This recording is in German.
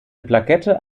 plakette